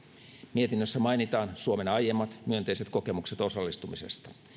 mietinnössä mainitaan suomen aiemmat myönteiset kokemukset osallistumisesta